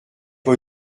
pas